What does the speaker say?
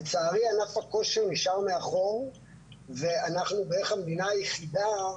לצערי ענף הכושר נשאר מאחור ואנחנו בערך המדינה היחידה,